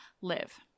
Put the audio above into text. live